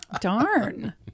Darn